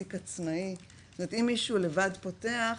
מעסיק עצמאי, זאת אומרת אם מישהו לבד פותח,